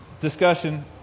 discussion